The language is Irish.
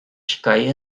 scoth